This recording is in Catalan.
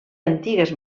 antigues